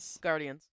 Guardians